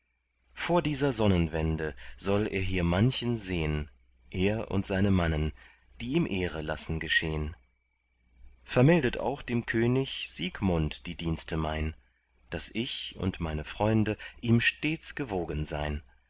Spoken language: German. vor dieser sonnenwende soll er hier manchen sehn er und seine mannen die ihm ehre lassen geschehn vermeldet auch dem könig siegmund die dienste mein daß ich und meine freunde ihm stets gewogen sei'n